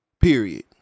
Period